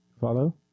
follow